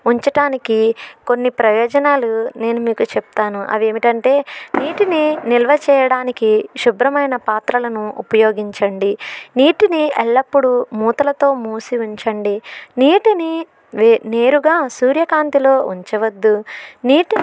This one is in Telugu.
ఉంచడానికి కొన్ని ప్రయోజనాలు నేను మీకు చెప్తాను అవి ఏమిటంటే నీటిని నిల్వచేయడానికి శుభ్రమైన పాత్రలను ఉపయోగించండి నీటిని ఎల్లప్పుడూ మూతలతో మూసి ఉంచండి నీటిని నే నేరుగా సూర్యకాంతిలో ఉంచవద్దు నీటిని